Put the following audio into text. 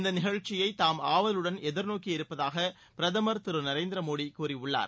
இந்த நிகழ்ச்சியை தாம் ஆவலுடன் எதிர்நோக்கியிருப்பதாக பிரதமர் திரு நரேந்திர மோடி கூறியுள்ளார்